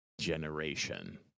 generation